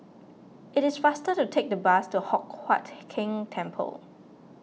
it is faster to take the bus to Hock Huat Keng Temple